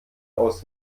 aus